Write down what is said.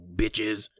bitches